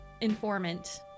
informant